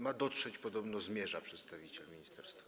Ma dotrzeć, podobno zmierza przedstawiciel ministerstwa.